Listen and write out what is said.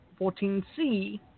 14C